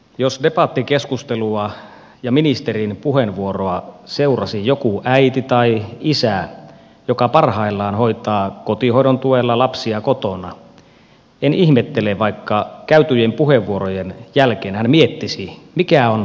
jos debattikeskustelua ja ministerin puheenvuoroa seurasi joku äiti tai isä joka parhaillaan hoitaa kotihoidon tuella lapsia kotona en ihmettele vaikka käytettyjen puheenvuorojen jälkeen hän miettisi mikä on arvoni yhteiskunnassa